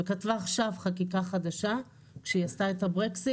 היא כתבה עכשיו חקיקה חדשה כשהיא עשתה את ה-Brexit.